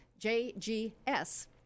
JGS